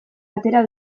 atera